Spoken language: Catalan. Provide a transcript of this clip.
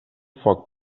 foc